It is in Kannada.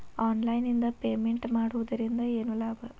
ಆನ್ಲೈನ್ ನಿಂದ ಪೇಮೆಂಟ್ ಮಾಡುವುದರಿಂದ ಏನು ಲಾಭ?